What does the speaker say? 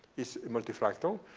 is multi-fractal.